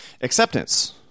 Acceptance